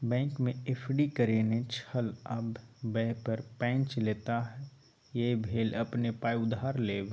बैंकमे एफ.डी करेने छल आब वैह पर पैंच लेताह यैह भेल अपने पाय उधार लेब